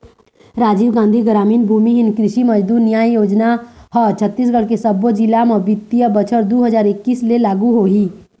राजीव गांधी गरामीन भूमिहीन कृषि मजदूर न्याय योजना ह छत्तीसगढ़ के सब्बो जिला म बित्तीय बछर दू हजार एक्कीस ले लागू होही